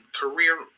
career